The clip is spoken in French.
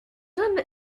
hommes